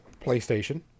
PlayStation